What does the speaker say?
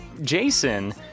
Jason